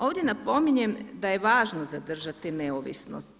Ovdje napominjem da je važno zadržati neovisnost.